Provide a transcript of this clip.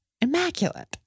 immaculate